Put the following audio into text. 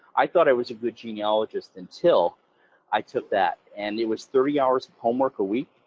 i thought i was a good genealogist until i took that, and it was three hours homework a week,